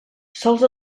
sols